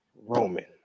Roman